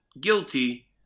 guilty